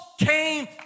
came